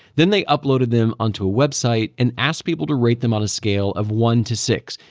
then they uploaded them onto a website and asked people to rate them on a scale of one to six,